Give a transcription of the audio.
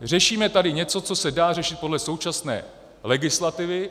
Řešíme tady něco, co se dá řešit podle současné legislativy.